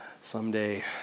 Someday